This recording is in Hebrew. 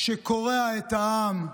שקורע את העם,